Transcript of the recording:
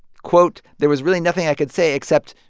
quote, there was really nothing i could say except,